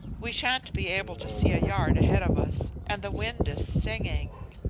we shan't be able to see a yard ahead of us, and the wind is singing.